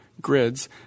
grids